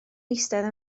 eistedd